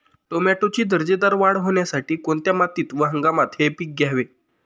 टोमॅटोची दर्जेदार वाढ होण्यासाठी कोणत्या मातीत व हंगामात हे पीक घ्यावे?